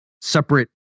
separate